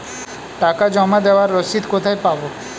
টাকা জমা দেবার রসিদ কোথায় পাব?